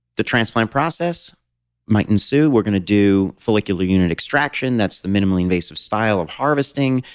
the transplant process might ensue. we're going to do follicular unit extraction. that's the minimally invasive style of harvesting.